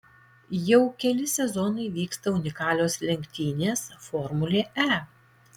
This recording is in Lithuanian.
jau keli sezonai vyksta unikalios lenktynės formulė e